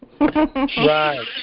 Right